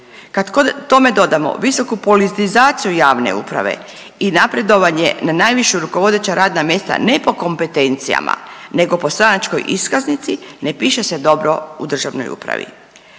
kad tome dodamo visoku politizaciju javne uprave i napredovanje na najviša rukovodeća radna mjesta ne po kompetencijama nego po stranačkoj iskaznici ne piše se dobro u državnoj upravi.